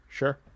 Sure